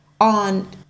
on